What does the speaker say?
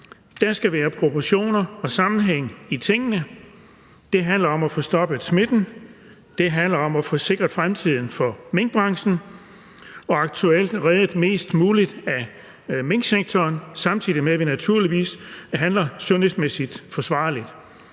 Der skal være proportion og sammenhæng i tingene. Det handler om at få stoppet smitten; det handler om at få sikret fremtiden for minkbranchen og aktuelt reddet mest muligt af minksektoren, samtidig med at vi naturligvis handler sundhedsmæssigt forsvarligt.